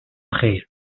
خیر